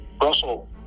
Russell